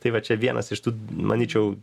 tai va čia vienas iš tų manyčiau